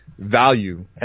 Value